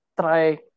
try